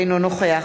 אינו נוכח